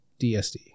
DSD